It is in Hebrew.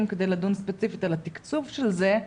כדי לדון ספציפית על התקצוב של זה,